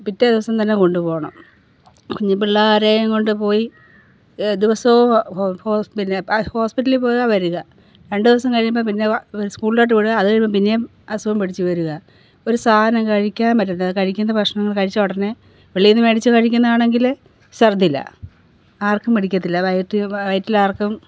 പിറ്റേ ദിവസം തന്നെ കൊണ്ടുപോകണം കുഞ്ഞിപ്പിള്ളേരെയുംകൊണ്ട് പോയി ദിവസവും പിന്നെ ഹോസ്പ്പിറ്റലിൽ പോവുക വരിക രണ്ടുദിവസം കഴിയുമ്പം പിന്നെ സ്കൂളിലോട്ട് വിടുക അത് കഴിയുമ്പം പിന്നെയും അസുഖം പിടിച്ച് വരുക ഒരു സാധനം കഴിക്കാന് പറ്റേണ്ട കഴിക്കുന്ന ഭക്ഷണങ്ങൾ കഴിച്ചാൽ ഉടനെ വെളിയിൽനിന്ന് മേടിച്ച് കഴിക്കുന്ന ആണെങ്കിൽ ശർദ്ദിലാ ആര്ക്കും പിടിക്കത്തില്ല വയറ്റ് വയറ്റിലാര്ക്കും